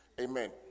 Amen